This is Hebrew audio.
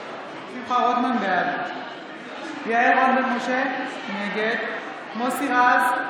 בעד יעל רון בן משה, נגד מוסי רז,